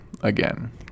again